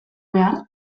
behar